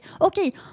okay